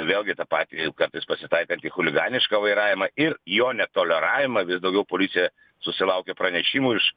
vėlgi tą patį kartais pasitaikantį chuliganišką vairavimą ir jo netoleravimą vis daugiau policija susilaukia pranešimų iš